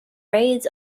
raids